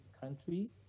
country